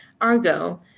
Argo